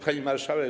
Pani Marszałek!